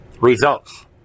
Results